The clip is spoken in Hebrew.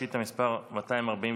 שאילתה מס' 248,